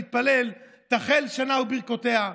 נתפלל "תחל שנה וברכותיה",